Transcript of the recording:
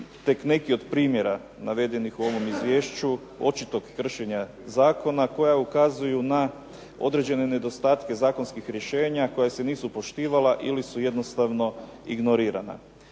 tek neki od primjera navedenih u ovom izvješću očitog kršenja zakona koja ukazuju na određene nedostatke zakonskih rješenja koja se nisu poštivala ili su jednostavno ignorirana.